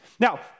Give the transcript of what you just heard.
Now